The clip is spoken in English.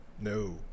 No